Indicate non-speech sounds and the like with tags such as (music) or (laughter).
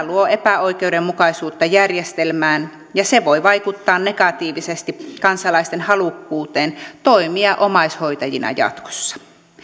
(unintelligible) luo epäoikeudenmukaisuutta järjestelmään ja se voi vaikuttaa negatiivisesti kansalaisten halukkuuteen toimia omaishoitajina jatkossa